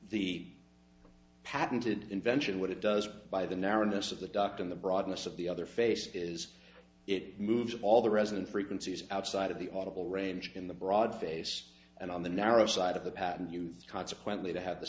the patented invention what it does by the narrowness of the duct in the broadness of the other face is it moved all the resident frequencies outside of the offical range in the broad face and on the narrow side of the patent consequently to have the